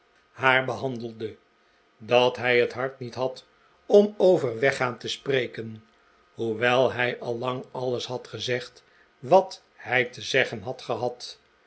haar behandelde dat hij het hart niet had om over weggaan te spreken hoewel hij al lang alles had gezegd wat hij te zeggen had gehad